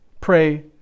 pray